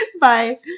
Bye